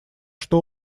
что